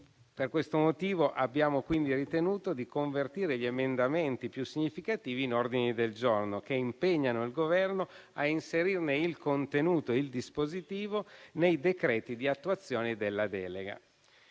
per questo motivo abbiamo ritenuto di convertire gli emendamenti più significativi in ordini del giorno che impegnano il Governo a inserirne il contenuto e il dispositivo nei decreti di attuazione della delega.